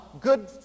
good